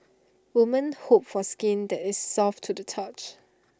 women hope for skin that is soft to the touch